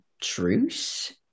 truce